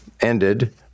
ended